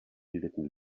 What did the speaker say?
bildeten